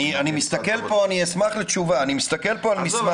אני אשמח לתשובה אני מסתכל פה על מסמך